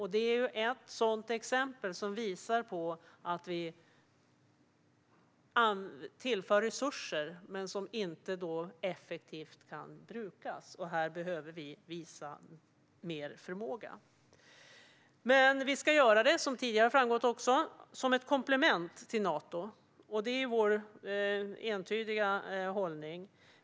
Detta är ett exempel som visar på att vi tillför resurser som inte effektivt kan brukas. Här behöver vi visa mer förmåga. Som tidigare har framgått ska vi dock göra detta som ett komplement till Nato - det är vår entydiga hållning.